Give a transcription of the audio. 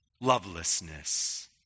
Lovelessness